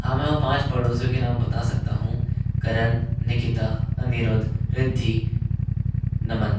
हाँ मै पाँच पड़ोसियों के नाम बता सकता हूँ करण निकिता अनिरुद्ध रिद्धि नमन